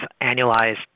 annualized